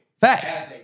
Facts